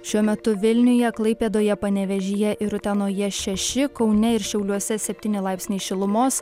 šiuo metu vilniuje klaipėdoje panevėžyje ir utenoje šeši kaune ir šiauliuose septyni laipsniai šilumos